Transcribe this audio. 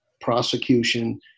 prosecution